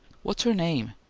what's her name?